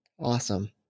Awesome